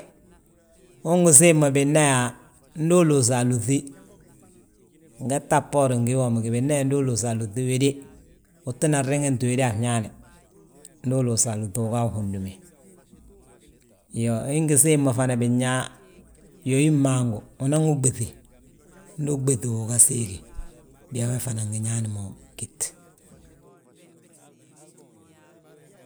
Ungi siim mo bina yaa, ndu uluusi alúŧi ngete a bboorin gii womi gi, binan yaa ndu uluusa alúŧi, wéde; Utinan riŋinti wéde a fnñaane, ndu uluusi alúŧi ugaa wi hundume; Iyoo, ingi siim mo fana binyaa, yóyi maangu unan ɓéŧi. Ndu uɓéŧi wi uga siigi, biyaa we fana ngi ñaani mo ggít.